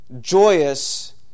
joyous